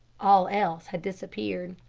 all else had disappeared.